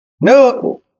No